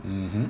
mmhmm